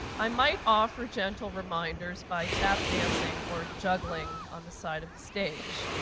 i might offer gentle reminders by tap dancing or juggling on the side of the stage,